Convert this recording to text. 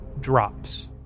drops